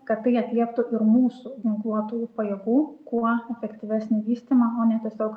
kad tai atlieptų ir mūsų ginkluotųjų pajėgų kuo efektyvesnį vystymą o ne tiesiog